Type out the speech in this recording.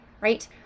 right